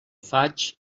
faig